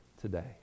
today